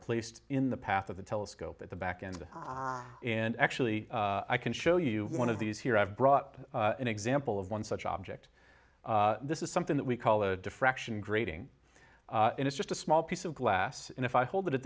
placed in the path of the telescope at the back end and actually i can show you one of these here i've brought up an example of one such object this is something that we call a diffraction grating and it's just a small piece of glass and if i hold it at